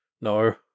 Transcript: no